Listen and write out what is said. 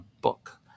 book